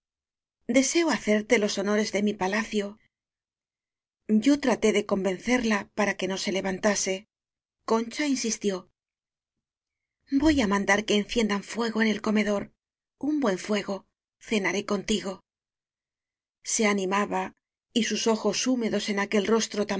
deseo hacerte los honores de mi palacio yo traté de convencerla para que no se levantase